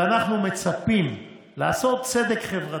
ואנחנו מצפים לעשות צדק חברתי,